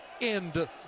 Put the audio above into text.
end